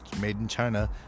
made-in-China